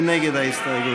מי נגד ההסתייגות?